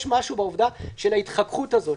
יש משהו בעובדה של ההתחככות הזאת,